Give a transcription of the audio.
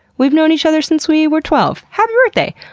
we've known each other since we were twelve. happy birthday!